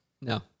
No